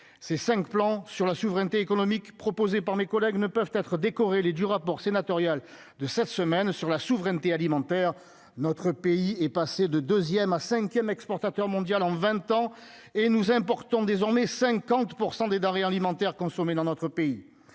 c'est 5 plans sur la souveraineté économique proposé par mes collègues ne peuvent être décoré les du rapport sénatorial de cette semaine sur la souveraineté alimentaire, notre pays est passé de 2ème à 5ème exportateur mondial en 20 ans et nous importons désormais 50 % des denrées alimentaires consommés dans notre pays